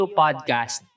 podcast